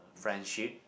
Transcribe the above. friendship